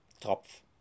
Tropf